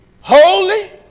holy